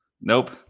Nope